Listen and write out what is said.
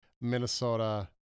Minnesota